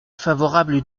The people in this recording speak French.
favorable